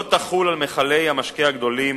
לא תחול על מכלי המשקה הגדולים